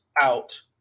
out